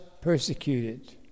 persecuted